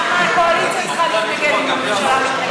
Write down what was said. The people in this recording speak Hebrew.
למה הקואליציה צריכה להתנגד אם הממשלה מתנגדת?